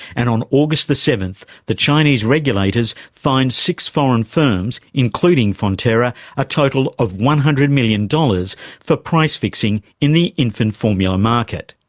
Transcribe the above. and on august seven so the chinese regulators fined six foreign firms including fonterra a total of one hundred million dollars for price-fixing in the infant formula market.